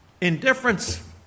Indifference